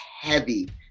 heavy